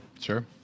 Sure